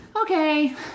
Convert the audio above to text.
okay